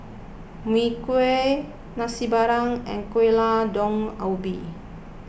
Mui Kee Nasi Padang and Gulai Daun Ubi